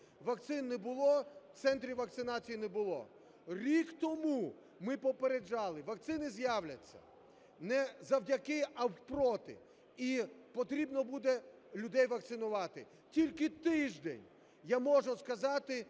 вакцин не було, центрів вакцинації не було. Рік тому ми попереджали, вакцини з'являться не завдяки, а проти, і потрібно буде людей вакцинувати. Тільки тиждень, я можу сказати,